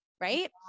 right